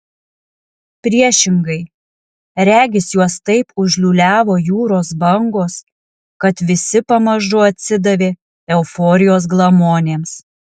priešingai regis juos taip užliūliavo jūros bangos kad visi pamažu atsidavė euforijos glamonėms